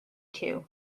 two